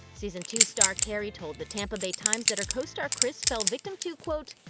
season two star kerri told the tampa bay times that her co-star chris fell victim to, quote,